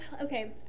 Okay